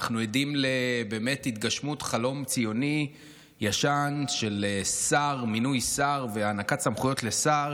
אנחנו עדים להתגשמות חלום ציוני ישן של מינוי שר והענקת סמכויות לשר